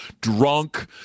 drunk